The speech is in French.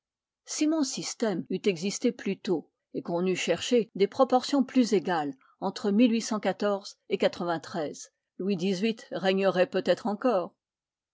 si mon système eût existé plus tôt et qu'on eût cherché des proportions plus égales entre et louis xviii régnerait peut-être encore